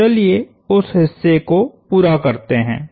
तो चलिए उस हिस्से को पूरा करते हैं